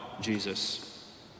Jesus